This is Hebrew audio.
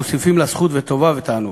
מוסיפים לה זכות וטובה ותענוג.